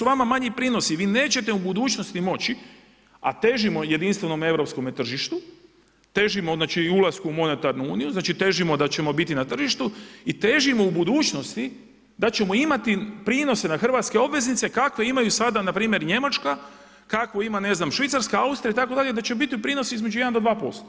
Vi nećete u budućnosti moći, a težimo jedinstvenom europskom tržištu, težimo znači ulasku u monetarnu uniju, znači težimo da ćemo biti na tržištu i težimo u budućnosti da ćemo imati prinose na hrvatske obveznice kakve imaju sada npr. Njemačka, kakvu ima, ne znam, Švicarska, Austrija itd. i da će biti prinosi između 1-2%